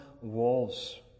walls